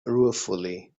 ruefully